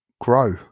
grow